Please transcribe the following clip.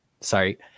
sorry